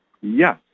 yes